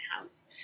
house